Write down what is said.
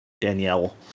danielle